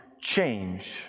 change